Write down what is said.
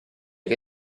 che